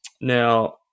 Now